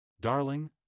Darling